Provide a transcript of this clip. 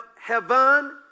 heaven